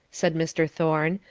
said mr. thorne,